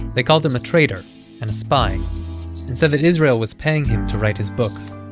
they called him a traitor and a spy, and said that israel was paying him to write his books.